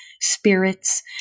spirits